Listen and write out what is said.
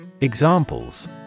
Examples